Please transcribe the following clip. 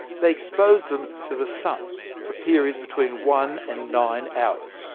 they exposed them to the sun for periods between one and nine hours.